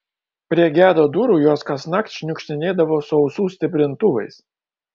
prie gedo durų jos kasnakt šniukštinėdavo su ausų stiprintuvais